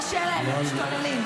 קשה להם, הם משתוללים.